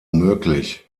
möglich